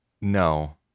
no